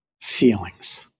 feelings